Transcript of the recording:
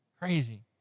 Crazy